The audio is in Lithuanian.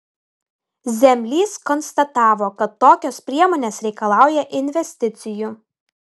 zemlys konstatavo kad tokios priemonės reikalauja investicijų